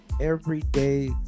everyday